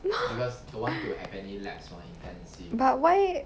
but why